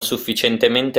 sufficientemente